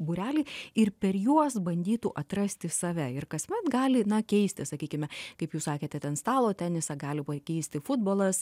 būrelį ir per juos bandytų atrasti save ir kasmet gali na keisti sakykime kaip jūs sakėte ten stalo tenisą gali pakeisti futbolas